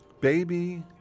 baby